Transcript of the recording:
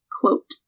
quote